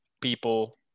people